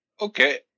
Okay